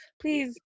please